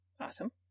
awesome